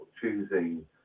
choosing